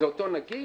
זה אותו נגיד?